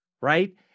Right